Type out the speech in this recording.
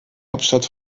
hauptstadt